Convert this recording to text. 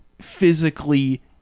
physically